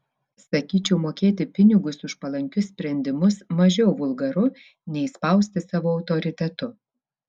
sakyčiau mokėti pinigus už palankius sprendimus mažiau vulgaru nei spausti savu autoritetu